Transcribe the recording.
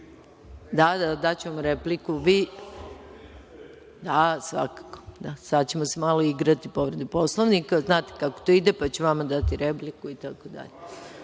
daću vam repliku, da svakako. Sada ćemo se malo igrati povrede Poslovnika, znate kako to ide, pa ću vama dati repliku i tako dalje. Imamo